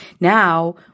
Now